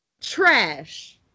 Trash